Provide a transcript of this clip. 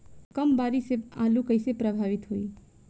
कम बारिस से आलू कइसे प्रभावित होयी?